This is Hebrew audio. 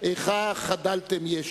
איכה חדלתם ישע".